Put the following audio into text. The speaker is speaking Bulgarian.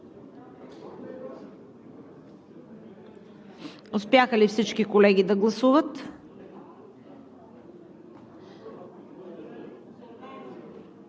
Успяха ли всички колеги да гласуват?